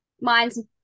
Mine's